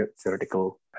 theoretical